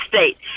state